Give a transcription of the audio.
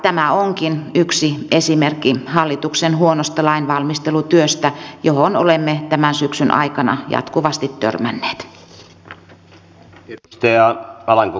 tämä onkin yksi esimerkki hallituksen huonosta lainvalmistelutyöstä johon olemme tämän syksyn aikana jatkuvasti törmänneet